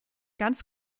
ganz